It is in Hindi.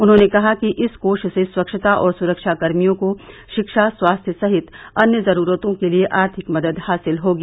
उन्होनें कहा कि इस कोष से स्वच्छता और सुरक्षा कर्मियों को शिक्षा स्वास्थ्य सहित अन्य ज़रूरतों के लिए आर्थिक मद्द हासिल होगी